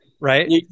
Right